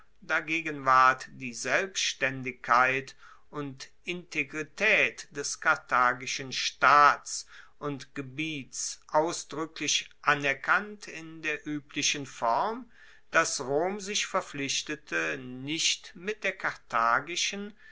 dagegen ward die selbstaendigkeit und integritaet des karthagischen staats und gebiets ausdruecklich anerkannt in der ueblichen form dass rom sich verpflichtete nicht mit der karthagischen